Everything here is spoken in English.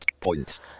points